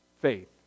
faith